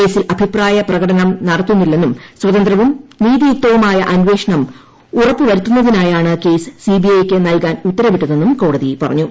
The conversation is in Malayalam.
കേസിൽ അഭിപ്പായ പ്രകടനം നടത്തുന്നില്ലെന്നും സ്വതന്ത്രവും നീതിയുക്തവുമായ അന്വേഷ്ണം ഉറപ്പുവരുത്തുന്നതിനായാണ് കേസ് സിബിഐക്ക് നല്കാൻ ഉത്തരവിട്ടതെന്നും കോടതി പറഞ്ഞു